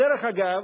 דרך אגב,